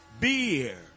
beer